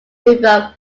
river